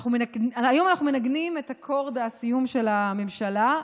היום אנחנו מנגנים את אקורד הסיום של הממשלה.